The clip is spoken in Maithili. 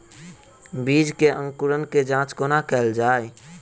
बीज केँ अंकुरण केँ जाँच कोना केल जाइ?